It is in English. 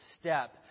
step